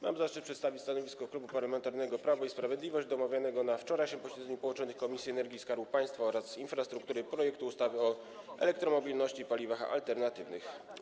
Mam zaszczyt przedstawić stanowisko Klubu Parlamentarnego Prawo i Sprawiedliwość odnośnie do omawianego na wczorajszym posiedzeniu połączonych Komisji do Spraw Energii i Skarbu Państwa oraz Komisji Infrastruktury projektu ustawy o elektromobilności i paliwach alternatywnych.